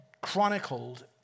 chronicled